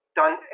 done